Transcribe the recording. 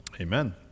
Amen